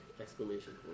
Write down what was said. Exclamation